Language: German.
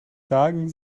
sagen